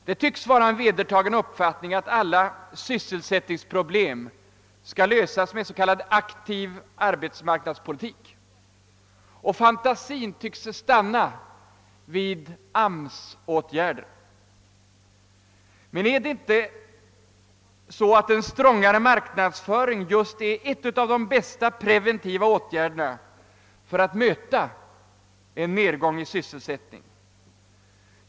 Det tycks vara en vedertagen uppfatt ning att alla sysselsättningsproblem skall lösas med s.k. aktiv arbetsmarknadspolitik, och fantasin tycks stanna vid AMS-åtgärder. Men är inte just en strongare marknadsföring en av de bästa preventiva åtgärderna för att möta en nedgång i sysselsättningen?